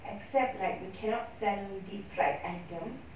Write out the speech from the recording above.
except like we cannot sell deep fried items